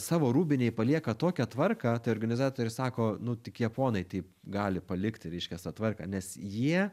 savo rūbinėj palieka tokią tvarką tai organizatoriai sako nu tik japonai taip gali palikti reiškias tą tvarką nes jie